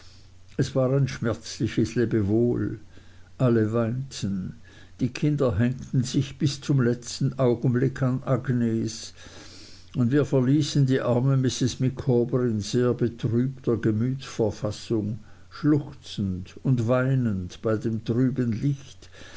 es war ein schmerzliches lebewohl alle weinten die kinder hängten sich bis zum letzten augenblick an agnes und wir verließen die arme mrs micawber in sehr betrübter gemütsverfassung schluchzend und weinend bei dem trüben licht